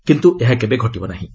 କିନ୍ତୁ ଏହା କେବେ ଘଟିବ ନାହିଁ